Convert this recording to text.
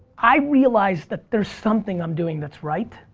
i've realized that there's something i'm doing that's right,